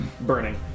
burning